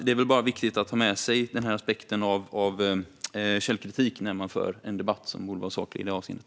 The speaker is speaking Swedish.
Det är viktigt att ha med sig aspekten med självkritik när man för en debatt som borde vara saklig i det avseendet.